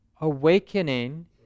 awakening